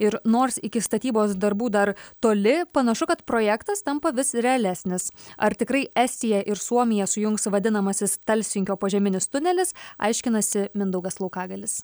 ir nors iki statybos darbų dar toli panašu kad projektas tampa vis realesnis ar tikrai estiją ir suomiją sujungs vadinamasis talsinkio požeminis tunelis aiškinasi mindaugas laukagalis